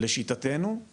לשיטתנו, לא.